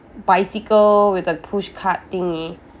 bicycle with a pushcart thingy